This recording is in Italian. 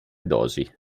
dosi